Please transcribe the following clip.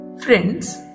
friends